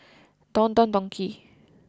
Don Don Donki